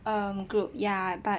um group ya but